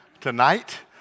tonight